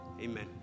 Amen